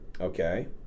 Okay